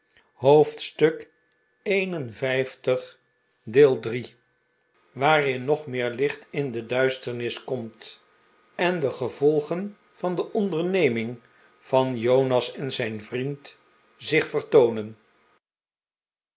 hoofdstuk li waarin nog meer licht in de duisternis komt en de gevolgen van de onderneming van jonas en zijn vriend zich